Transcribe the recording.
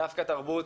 דווקא תרבות